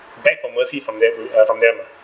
beg for mercy from them uh from them uh